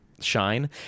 shine